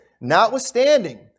Notwithstanding